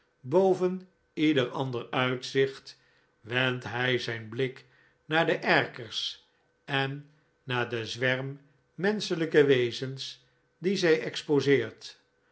boven ieder ander uitzicht wendt hij zijn blik naar de erkers en naar den zwerm menschelijke wezens dien zij exposeert